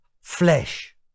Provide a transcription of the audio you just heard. flesh